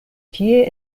tie